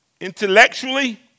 intellectually